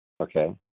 Okay